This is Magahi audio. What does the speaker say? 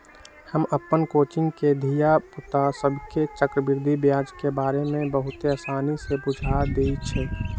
हम अप्पन कोचिंग के धिया पुता सभके चक्रवृद्धि ब्याज के बारे में बहुते आसानी से बुझा देइछियइ